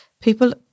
people